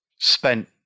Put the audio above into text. spent